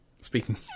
Speaking